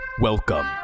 Welcome